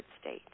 state